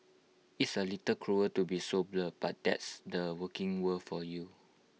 it's A little cruel to be so blunt but that's the working world for you